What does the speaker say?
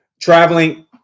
traveling